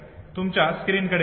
तुमच्या स्क्रीनकडे पहा